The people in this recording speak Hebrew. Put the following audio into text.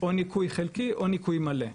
או ניכוי חלקי או ניכוי מלא,